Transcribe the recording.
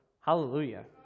Hallelujah